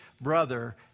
brother